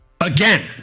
again